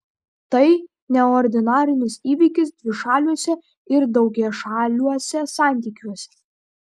tai neordinarinis įvykis dvišaliuose ir daugiašaliuose santykiuose